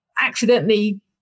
accidentally